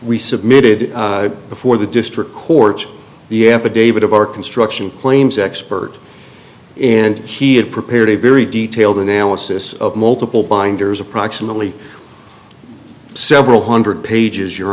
we submitted before the district court the affidavit of our construction claims expert and he had prepared a very detailed analysis of multiple binders approximately several hundred pages your